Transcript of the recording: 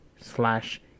slash